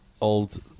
old